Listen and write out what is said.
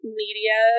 media